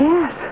Yes